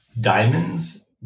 Diamonds